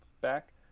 back